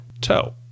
toe